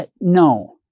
no